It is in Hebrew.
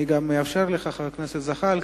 אני גם מאפשר לך, חבר הכנסת זחאלקה,